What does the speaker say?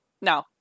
no